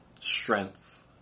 strength